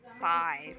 Five